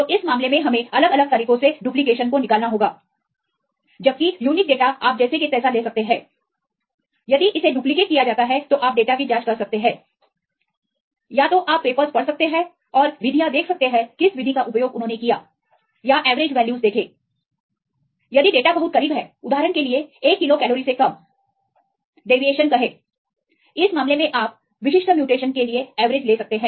तो इस मामले में हमें अलग अलग तरीकों से डुप्लीकेशन को निकालना होगा जबकि यूनिक डेटा आप जैसे के तैसा ले सकते हैंयदि इसे डुप्लिकेट किया जाता है तो आप डेटा की जांच कर सकते हैं या तो आप पेपर्स पढ़ सकते हैं और विधि देखें किस विधि का उपयोग उन्होंने किया या एवरेज वैल्यूज देखें यदि डेटा बहुत करीब हैं उदाहरण के लिए 1 किलो कैलोरी से कम डेविएशन कहें इस मामले में आप विशिष्ट म्यूटेशन के लिए एवरेज ले सकते हैं